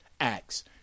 Acts